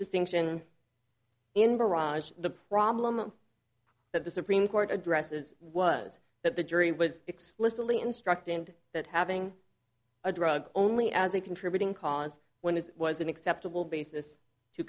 distinction in barrage the problem that the supreme court addresses was that the jury was explicitly instructed and that having a drug only as a contributing cause when is was an acceptable basis to